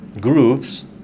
grooves